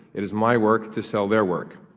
it is my work to sell their work.